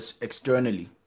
Externally